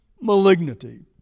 malignity